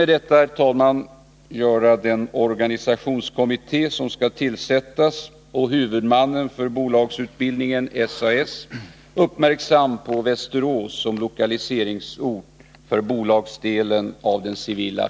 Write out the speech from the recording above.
Jag vill med detta göra den organisationskommitté som skall tillsättas och huvudmannen för bolagsutbildningen, SAS, uppmärksamma på Västerås som lokaliseringsort för bolagsdelen av den civila